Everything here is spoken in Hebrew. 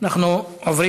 אנחנו עוברים